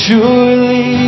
Surely